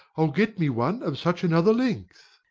i'll get me one of such another length.